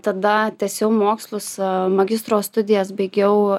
tada tęsiau mokslus magistro studijas baigiau